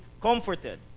comforted